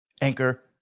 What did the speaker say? Anchor